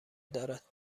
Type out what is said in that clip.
دارد